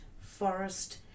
forest